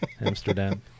Amsterdam